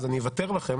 אז אני אוותר לכם,